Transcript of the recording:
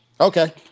Okay